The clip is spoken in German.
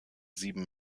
sieben